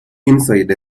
inside